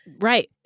Right